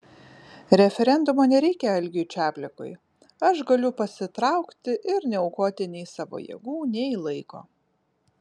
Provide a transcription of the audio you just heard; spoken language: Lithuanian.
referendumo nereikia algiui čaplikui aš galiu pasitraukti ir neaukoti nei savo jėgų nei laiko